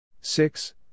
Six